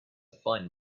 fine